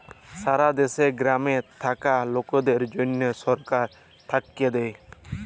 সারা দ্যাশে গ্রামে থাক্যা লকদের জনহ সরকার থাক্যে দেয়